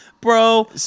bro